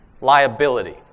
liability